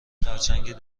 خرچنگ